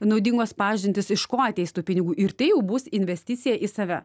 naudingos pažintys iš ko ateis tų pinigų ir tai jau bus investicija į save